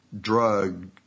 drug